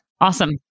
Awesome